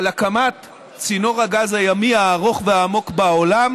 על הקמת צינור הגז הימי הארוך והעמוק בעולם,